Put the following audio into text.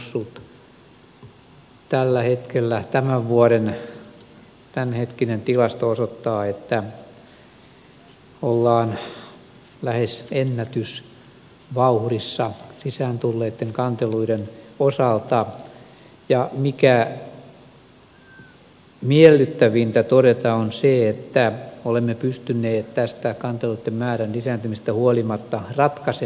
tämän vuoden tämänhetkinen tilasto osoittaa että ollaan lähes ennätysvauhdissa sisään tulleiden kanteluiden osalta ja mikä on miellyttävintä todeta on se että olemme pystyneet tästä kanteluitten määrän lisääntymisestä huolimatta ratkaisi